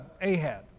Ahab